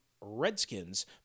Redskins